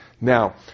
Now